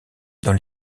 dans